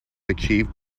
achieved